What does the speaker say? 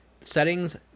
settings